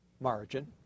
margin